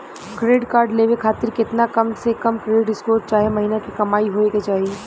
Credit card लेवे खातिर केतना कम से कम क्रेडिट स्कोर चाहे महीना के कमाई होए के चाही?